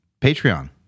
Patreon